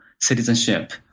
citizenship